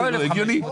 זה הגיוני.